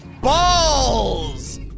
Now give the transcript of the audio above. balls